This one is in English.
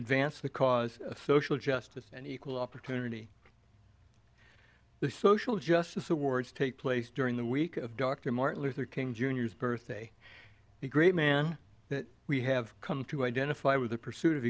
advance the cause of social justice and equal opportunity the social justice awards take place during the week of dr martin luther king jr's birthday the great man that we have come to identify with the pursuit of